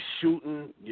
shooting